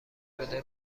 شده